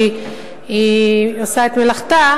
שעושה את מלאכתה,